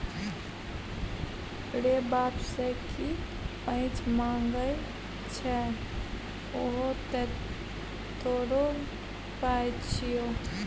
रे बाप सँ की पैंच मांगय छै उहो तँ तोरो पाय छियौ